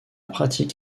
pratique